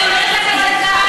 אני אומרת לך את זה כאן,